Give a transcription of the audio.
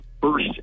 first